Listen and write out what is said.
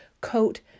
coat